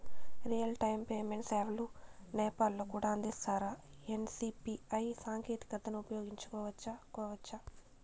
Real time payment సేవలు నేపాల్ లో కూడా అందిస్తారా? ఎన్.సి.పి.ఐ సాంకేతికతను ఉపయోగించుకోవచ్చా కోవచ్చా?